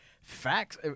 facts